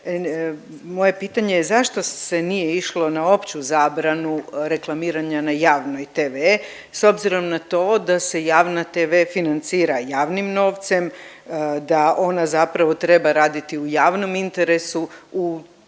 moje pitanje je zašto se nije išlo na opću zabranu reklamiranja na javnoj tv s obzirom na to da se javna tv financira javnim novcem, da ona zapravo treba raditi u javnom interesu u